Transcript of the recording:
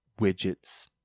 widgets